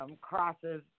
crosses